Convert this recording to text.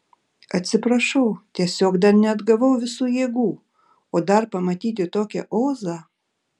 atsiprašau tiesiog dar neatgavau visų jėgų o dar pamatyti tokią ozą